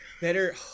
better